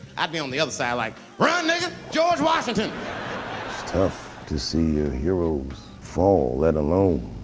i'd be on the other side like run nigga george, washington it's tough to see your heroes fall let alone